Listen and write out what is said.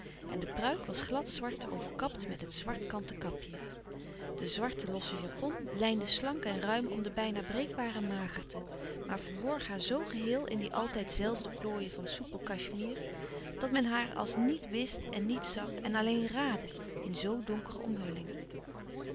en de pruik was gladzwart overkapt met het zwart kanten kapje de zwarte losse japon lijnde slank en ruim om de bijna breekbare magerte maar verborg haar zoo geheel in die altijd zelfde plooien van soepel cachemir dat men haar als niet wist en niet zag en alleen raàdde in zoo donkere